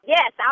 Yes